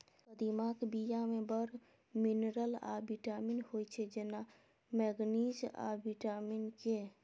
कदीमाक बीया मे बड़ मिनरल आ बिटामिन होइ छै जेना मैगनीज आ बिटामिन के